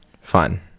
fun